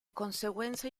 conseguenza